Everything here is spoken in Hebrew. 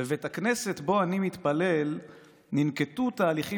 בבית הכנסת שבו אני מתפלל ננקטו תהליכים